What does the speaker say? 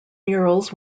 murals